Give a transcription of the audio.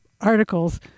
articles